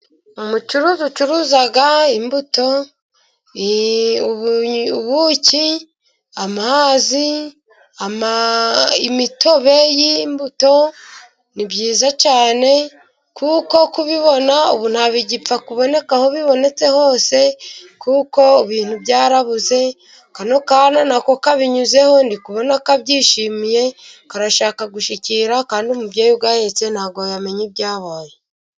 Umucuruzi ucuruza imbuto, ubuki, amazi, imitobe y'imbuto. Ni byiza cyane kuko kubibona ubu ntibipfa kuboneka aho bibonetse hose kuko ibintu byarabuze, Kano kana nako kabinyuzeho ndikubona kabyishimiye karashaka gushikira kandi umubyeyi ugahetse ntabwo yamenya ibyabaye.